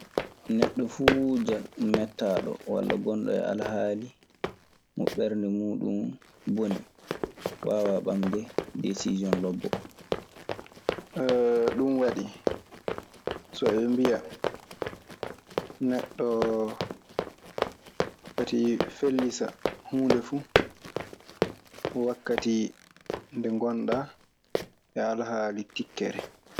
Neɗɗo fuu mettaaɗo, walla gonɗo e alhaali mo ɓernde muuɗun boni waawaa ɓamde desiisiyon lobbo. Ɗun waɗi so ɓe mbiya neɗɗo fati fellisa huunde fu wakkati nde ngonɗaa e alhaali tikkere.